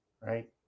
right